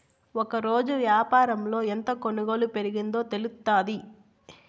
ఒకరోజు యాపారంలో ఎంత కొనుగోలు పెరిగిందో తెలుత్తాది